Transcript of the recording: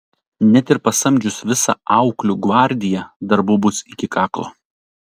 net ir pasamdžius visą auklių gvardiją darbų bus iki kaklo